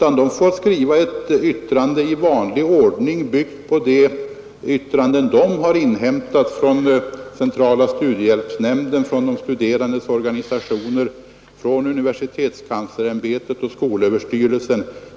SJ får skriva ett yttrande i vanlig ordning, byggt på de yttranden som SJ i sin tur har inhämtat från centrala studiehjälpsnämnden, de studerandes organisationer, universitetskanslersämbetet och skolöverstyrelsen.